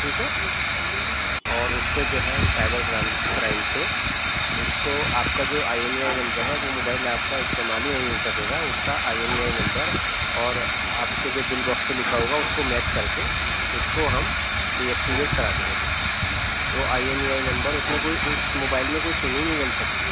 ٹھیک ہے اور اس کو جو ہے ہم سائبر کرائم سے اس کو آپ کا جو I M E I number ہے وہ موبائل آپ کا استعمال ہی نہیں ہو سکے گا اس کا I M E I number اور آپ کے جو بل باکس پہ لکھا ہوگا اس کو میچ کر کے اس کو ہم ڈی ایکیویٹ کرا دیں گے بالکل وہ I M E I number اس میں کوئی اس موبائل میں کوئی سم ہی نہیں ڈل سکے گی